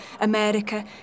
America